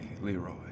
Leroy